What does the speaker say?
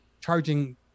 charging